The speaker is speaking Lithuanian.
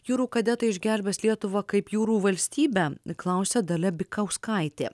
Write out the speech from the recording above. jūrų kadetai išgelbės lietuvą kaip jūrų valstybę klausia dalia bikauskaitė